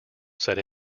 said